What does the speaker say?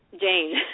Jane